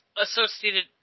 associated